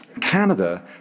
Canada